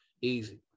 Easy